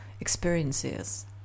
experiences